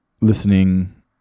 listening